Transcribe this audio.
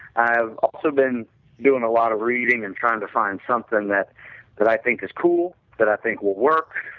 i've also been doing a lot of reading and trying to find something that that i think is cool, that i think will work,